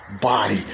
body